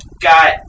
got